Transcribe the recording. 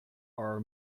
our